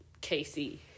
casey